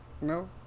No